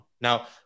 Now